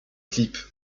clip